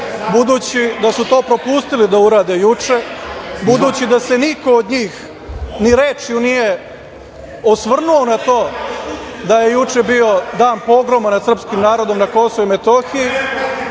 budući da su to propustili da urade juče, budući da se niko od njih ni rečju nije osvrnuo na to da je juče bio dan pogroma nad srpskim narodom na Kosovu i Metohiji